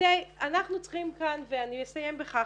אנחנו צריכים כאן ואני אסיים בכך,